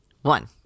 One